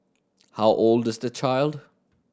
how old is the child